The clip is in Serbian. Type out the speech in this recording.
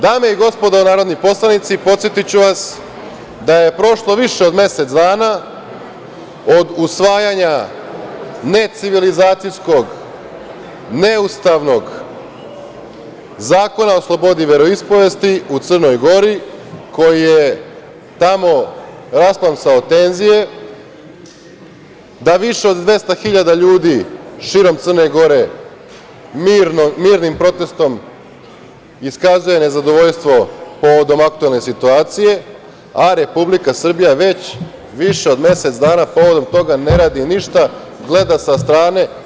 Dame i gospodo narodni poslanici, podsetiću vas da je prošlo više od mesec dana od usvajanja necivilizacijskog, neustavnog Zakona o slobodi veroispovesti u Crnoj Gori, koji je tamo rasplamsao tenzije, da više od 200.000 ljudi širom Crne Gore mirnim protestom iskazuje nezadovoljstvo povodom aktuelne situacije, a Republika Srbija već više od mesec dana povodom toga ne radi ništa, gleda sa strane.